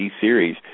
series